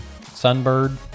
sunbird